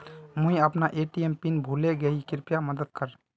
मुई अपना ATM pin भूले गही कृप्या मदद कर